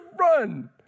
run